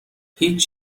هیچ